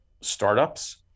startups